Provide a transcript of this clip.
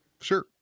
Sure